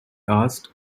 asked